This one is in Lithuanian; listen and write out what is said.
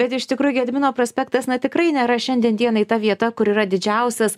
bet iš tikrųjų gedimino prospektas na tikrai nėra šiandien dienai ta vieta kur yra didžiausias